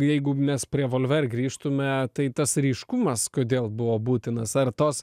jeigu mes prie volver grįžtume tai tas ryškumas kodėl buvo būtinas ar tos